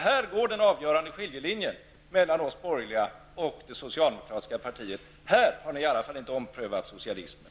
Här går den avgörande skiljelinjen mellan oss borgerliga och det socialdemokratiska partiet. Här har ni i varje fall inte omprövat socialismen.